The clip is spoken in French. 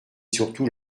surtout